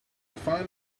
find